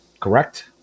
Correct